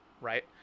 right